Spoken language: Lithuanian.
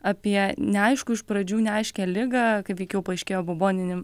apie neaišku iš pradžių neaiškią ligą kaip veikiau paaiškėjo buboninį